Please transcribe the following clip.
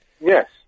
Yes